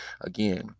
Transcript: again